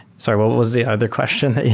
sorry. what what was the other question